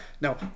No